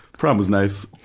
prom was nice.